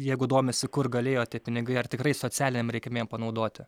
jeigu domisi kur galėjo tie pinigai ar tikrai socialinėm reikmėm panaudoti